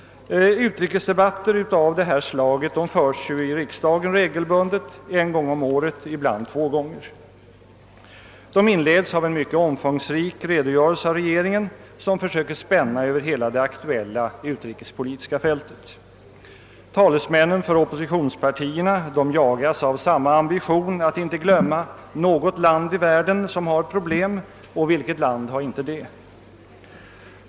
Utrikesdebatter av detta slag förs ju i riksdagen regelbundet en eller två gånger om året. Debatterna inleds av en mycket omfångsrik redogörelse av regeringen som försöker spänna över hela det aktuella utrikespolitiska fältet. Talesmännen för oppositionspartierna jagas av samma ambition att inte glömma bort något land i världen som har problem — och vilket land har inte det?